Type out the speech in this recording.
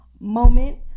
moment